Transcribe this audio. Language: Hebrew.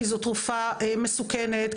כי זו תרופה מסוכנת.